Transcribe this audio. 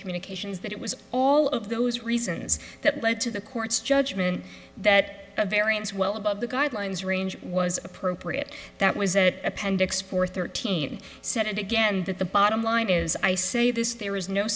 communications that it was all of those reasons that led to the court's judgment that a variance well above the guidelines range was appropriate that was appendix four thirteen said again that the bottom line is i say this there is no